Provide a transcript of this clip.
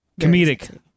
comedic